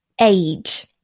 age